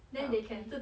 orh okay